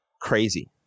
crazy